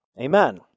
Amen